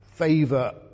favor